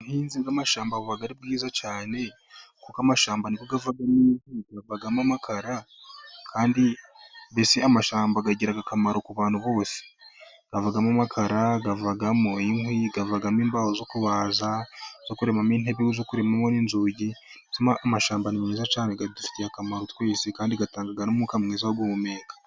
Ubuhinzi bw'ashamba buba ari bwiza cyane, kuko amashamba niyo avamo ibiti bikavamo amakara, kandi mbese amashyamba akagira akamaro ku bantu bose avamo amakara, avamo inkw yavamo imbaho zo kuramamo intebe, zo kuremamo n'inzugi , mbese amashyamba ni meza adufitiye akamaro twese kandi atanga n'umwuka mwiza wo guhumeka.